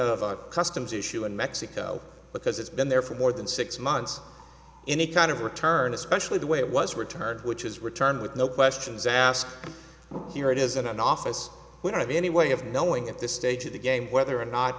a customs issue in mexico because it's been there for more than six months any kind of return especially the way it was returned which is returned with no questions asked here it is in an office we don't have any way of knowing at this stage of the game whether or not